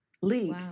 league